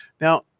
Now